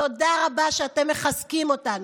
תודה רבה שאתם מחזקים אותנו.